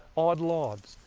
on lawns.